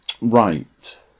Right